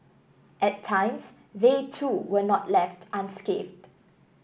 at times they too were not left unscathed